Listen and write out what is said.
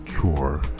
cure